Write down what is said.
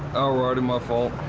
all righty, my fault.